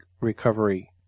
recovery